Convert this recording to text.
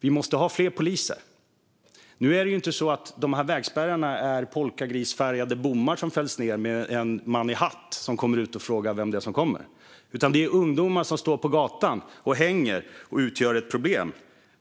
Vi måste ha fler poliser. Nu är det ju inte så att de här vägspärrarna är polkagrisfärgade bommar som fälls ned av en man i hatt som kommer ut och frågar vem det är som kommer, utan det är ungdomar som hänger på gatan och utgör ett problem.